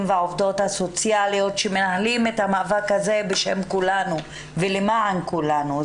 והעובדות הסוציאליות שמנהלים את המאבק הזה בשם כולנו למען כולנו.